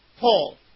Paul